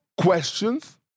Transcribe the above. questions